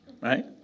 Right